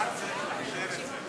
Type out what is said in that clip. הצעת החוק לא התקבלה.